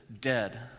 dead